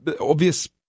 obvious